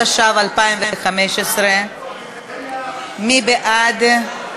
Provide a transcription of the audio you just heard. התשע"ו 2015. מי בעד?